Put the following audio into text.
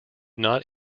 not